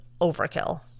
overkill